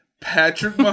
Patrick